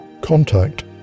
contact